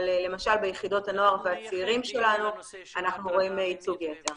אבל למשל ביחידות הנוער והצעירים שלנו אנחנו רואים ייצוג יתר.